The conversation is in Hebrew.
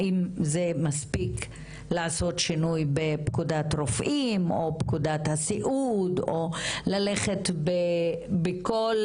האם זה מספיק לעשות שינוי בפקודת רופאים או פקודת הסיעוד או ללכת בכל